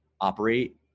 operate